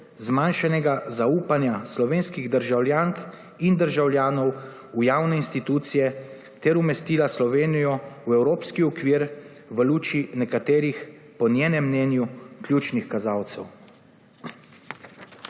zmanjšanega zaupanja slovenskih državljank in državljanov v javne institucije ter umestila Slovenijo v evropski okvir v luči nekaterih po njenem mnenju ključnih kazalcev.